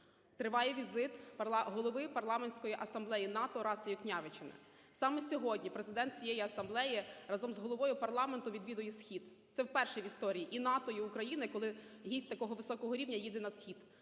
триває візит Глави Парламентської асамблеї НАТО РасоюЮкнявічене. Саме сьогодні президент цієї асамблеї разом з головою парламенту відвідаю схід. Це вперше в історії і НАТО і Україна, коли гість такого високого рівня їде на схід